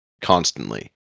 constantly